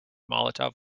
molotov